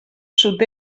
sud